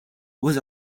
was